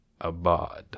abod